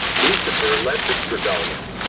lucifer led this rebellion,